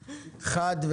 חד,